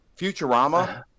Futurama